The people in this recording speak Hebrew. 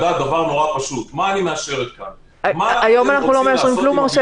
היום אנחנו לא מאשרים כלום.